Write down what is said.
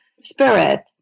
spirit